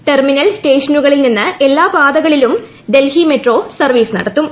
terminal സ്റ്റേഷനുകളിൽ നിന്ന് എല്ലാ പാതകളിലും ഡൽഹി മെട്രോ സർവീസ് നടത്തും